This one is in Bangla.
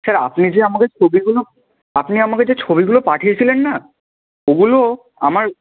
স্যার আপনি যে আমাকে ছবিগুলো আপনি আমাকে যে ছবিগুলো পাঠিয়েছিলেন না ওগুলো আমার